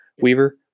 Weaver